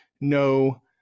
no